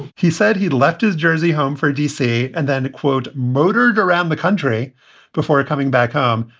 he said he left his jersey home for a dc and then to, quote, motored around the country before coming back home.